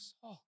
saw